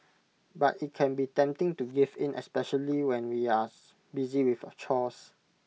but IT can be tempting to give in especially when we as busy with chores